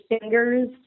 fingers